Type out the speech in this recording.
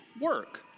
work